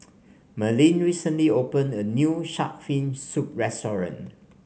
Merlyn recently opened a new shark fin soup restaurant